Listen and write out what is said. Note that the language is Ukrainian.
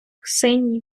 синій